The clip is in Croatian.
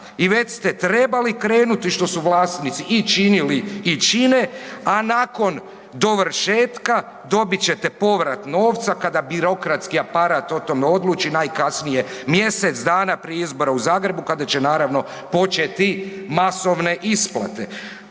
i već ste trebali krenuti što su vlasnici i činili i čine, a nakon dovršetka dobit ćete povrat novca kada birokratski aparat o tome odluči najkasnije mjesec dana prije izbora u Zagrebu kada će naravno početi masovne isplate.